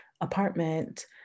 apartment